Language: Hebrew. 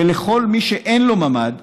ולכל מי שאין לו ממ"ד,